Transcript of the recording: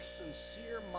sincere